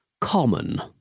Common